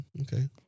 okay